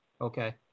Okay